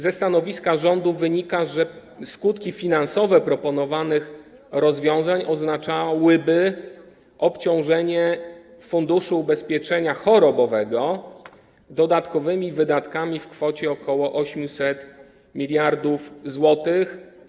Ze stanowiska rządu wynika, że skutki finansowe proponowanych rozwiązań oznaczałyby obciążenie funduszu ubezpieczenia chorobowego dodatkowymi wydatkami w kwocie ok. 800 mld zł.